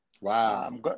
Wow